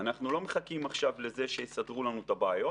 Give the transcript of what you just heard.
אנחנו לא מחכים עכשיו לזה שיסדרו לנו את הבעיות,